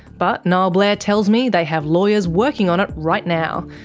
but niall blair tells me they have lawyers working on it right now,